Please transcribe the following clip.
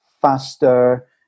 faster